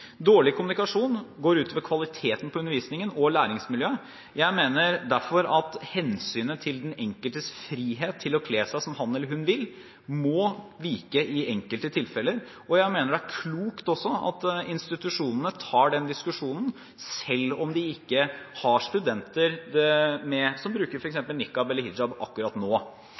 Dårlig kommunikasjon går ut over kvaliteten på undervisningen og læringsmiljøet. Jeg mener derfor at hensynet til den enkeltes frihet til å kle seg som han eller hun vil, må vike i enkelte tilfeller. Jeg mener også det er klokt at institusjonene tar den diskusjonen, selv om de ikke har studenter som bruker f.eks. niqab eller burka akkurat nå.